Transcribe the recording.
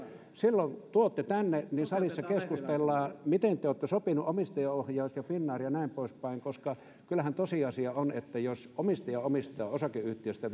sitten tuotte sen tänne niin salissa keskustellaan miten te olette sopineet omistajaohjauksesta ja finnairista ja näin poispäin koska kyllähän tosiasia on että jos omistaja omistaa osakeyhtiöstä